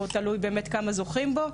או תלוי באמת כמה זוכים בו.